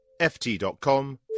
ft.com